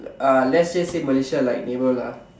uh let's say say Malaysia like neighbour lah